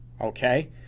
okay